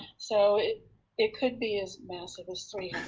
so it could be as massive as three